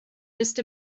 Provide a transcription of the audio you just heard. just